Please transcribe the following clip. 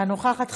אינה נוכחת,